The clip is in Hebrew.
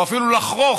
או אפילו לחרוך,